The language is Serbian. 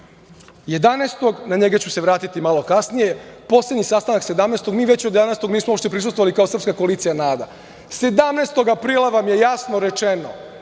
11, na njega ću se vratiti malo kasnije, poslednji sastanak 17. mi već od 11. nismo uopšte prisustvovali kao srpska koalicija NADA. Dana, 17. aprila vam je jasno rečeno